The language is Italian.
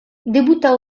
debutta